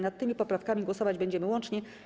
Nad tymi poprawkami głosować będziemy łącznie.